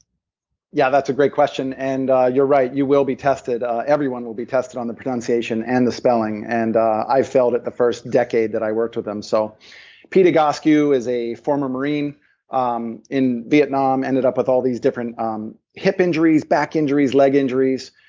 yeah that's a great question, and you're right, you will be tested. everyone will be tested on the pronunciation and the spelling. and i failed it the first decade that i worked with him. so pete egoscue is a former marine um in vietnam, ended up with all these different um hip injuries, back injuries, leg injuries.